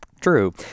true